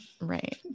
right